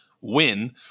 win